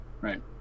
Right